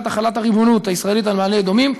החלת הריבונות הישראלית על מעלה-אדומים,